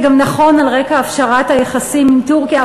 זה גם נכון על רקע הפשרת היחסים עם טורקיה,